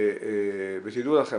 ותדעו לכם,